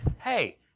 hey